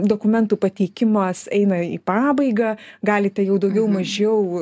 dokumentų pateikimas eina į pabaigą galite jau daugiau mažiau